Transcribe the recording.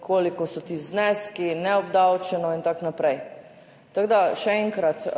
koliko so ti zneski, neobdavčeno in tako naprej. Tako da še enkrat,